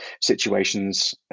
situations